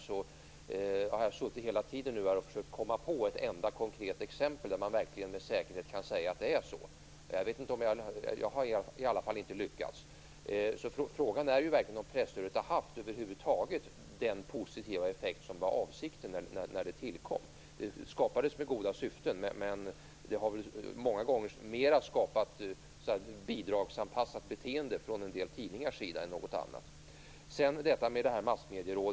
Jag har suttit här och försökt komma på ett enda konkret exempel där man verkligen med säkerhet kan säga att det är så. Jag har inte lyckats. Frågan är ju verkligen om presstödet över huvud taget har haft den positiva effekt som var avsikten när det tillkom. Det skapades med goda syften, men många gånger har det mera skapat ett bidragsanpassat beteende från en del tidningar än något annat. Sedan var det frågan om det här massmedierådet.